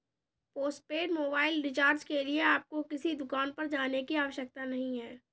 postpaid mobile recharge के लिए आपको किसी दुकान पर जाने की आवश्यकता नहीं है